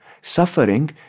Suffering